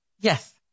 Yes